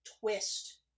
twist